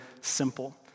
simple